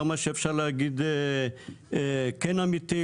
כמה שאפשר להגיד כן אמיתי,